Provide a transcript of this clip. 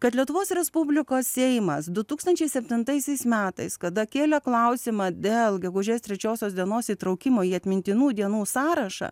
kad lietuvos respublikos seimas du tūkstančiai septintaisiais metais kada kėlė klausimą dėl gegužės trečiosios dienos įtraukimo į atmintinų dienų sąrašą